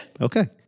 Okay